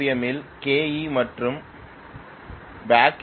எம்மில் Ke மற்றும் பேக் ஈ